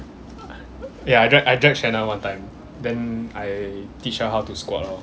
ya I drag I drag shannon one time then I teach her how to squat lor